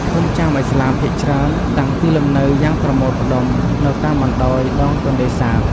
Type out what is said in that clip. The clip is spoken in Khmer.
ភូមិចាមឥស្លាមភាគច្រើនតាំងទីលំនៅយ៉ាងប្រមូលផ្តុំនៅតាមបណ្ដោយ ដងទន្លេសាប។